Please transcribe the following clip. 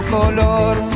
color